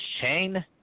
chain